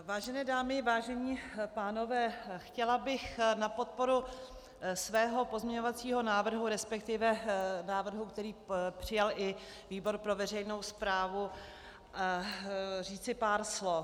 Vážené dámy, vážení pánové, chtěla bych na podporu svého pozměňovacího návrhu, resp. návrhu, který přijal i výbor pro veřejnou správu, říci pár slov.